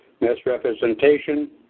misrepresentation